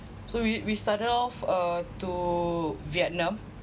so we we started off uh to vietnam